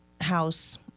house